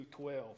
12